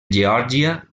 geòrgia